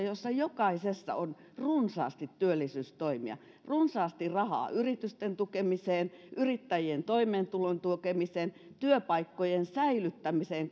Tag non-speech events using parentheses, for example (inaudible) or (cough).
joissa jokaisessa on runsaasti työllisyystoimia runsaasti rahaa yritysten tukemiseen yrittäjien toimeentulon tukemiseen työpaikkojen säilyttämiseen (unintelligible)